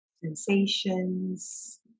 sensations